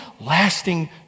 lasting